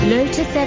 Lotus